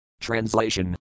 Translation